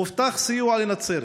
הובטח סיוע לנצרת,